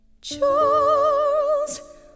Charles